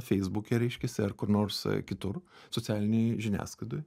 feisbuke reiškiasi ar kur nors kitur socialinėj žiniasklaidoj